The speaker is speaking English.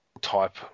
type